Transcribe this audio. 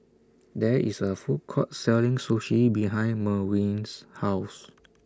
There IS A Food Court Selling Sushi behind Merwin's House